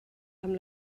amb